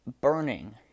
burning